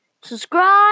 Subscribe